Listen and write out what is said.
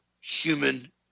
human